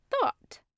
thought